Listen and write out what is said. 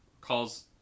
Calls